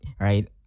Right